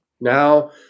Now